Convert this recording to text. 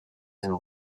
and